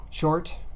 short